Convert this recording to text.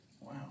Wow